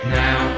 now